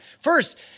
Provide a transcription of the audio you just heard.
first